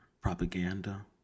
propaganda